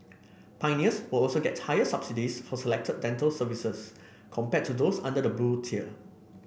pioneers will also get higher subsidies for selected dental services compared to those under the Blue Tier